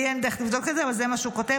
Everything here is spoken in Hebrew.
לי אין דרך לבדוק את זה אבל זה מה שהוא כותב.